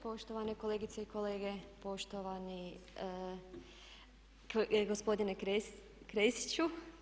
Poštovane kolegice i kolege, poštovani gospodine Klešiću.